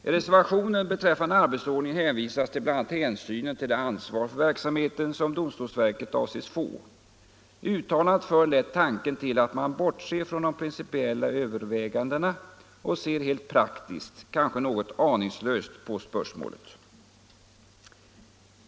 I reservationen beträffande arbetsordningen hänvisas till bl.a. hänsynen till det ansvar för verksamheten som domstolsverket avses få. Uttalandet för lätt tanken till att man bortser från de principiella övervägandena och ser helt praktiskt och kanske något aningslöst på spörsmålet.